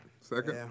Second